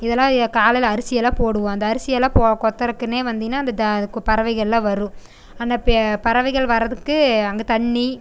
இதெல்லாம் காலையில் அரிசி எல்லாம் போடுவோம் அந்த அரிசியெல்லாம் போ கொத்தறக்குன்னே வந்திகன்னால் அந்த தா பறவைகளெலாம் வரும் ஆனால் பெ பறவைகள் வரதுக்கு அங்கே தண்ணி